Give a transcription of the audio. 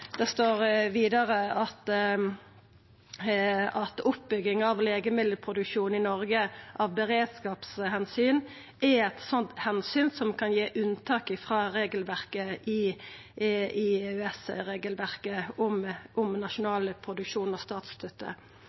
Det står vidare at oppbygging av legemiddelproduksjon i Noreg av beredskapsomsyn er eit slikt omsyn som kan gje unntak frå EØS-regelverket om nasjonal produksjon med statsstøtte. Det står til og